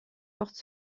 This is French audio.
porte